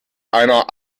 einer